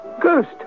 ghost